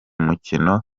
mukino